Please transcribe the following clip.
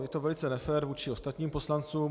Je to velice nefér vůči ostatním poslancům.